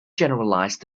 generalised